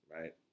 Right